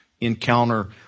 encounter